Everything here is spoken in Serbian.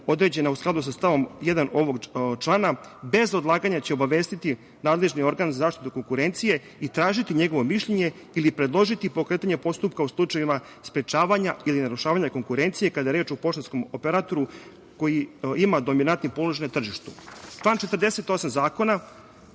određena u skladu sa stavom 1. ovog člana, bez odlaganja će obavestiti nadležni organ za zaštitu konkurencije i tražiti njegovo mišljenje ili predložiti pokretanje postupka u slučajevima sprečavanja ili narušavanja konkurencije kada je reč o poštanskom operatoru koji ima dominantniji položaj na tržištu. Član 48. zakona